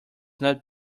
not